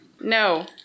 No